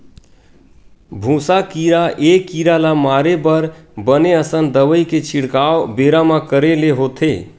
भूसा कीरा ए कीरा ल मारे बर बने असन दवई के छिड़काव बेरा म करे ले होथे